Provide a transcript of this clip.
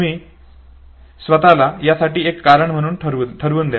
तुम्ही स्वतला यासाठी एक कारण म्हणून ठरवून द्या